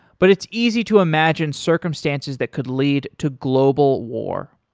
but it's easy to imagine circumstances that could lead to global war.